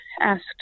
asked